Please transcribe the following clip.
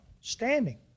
standing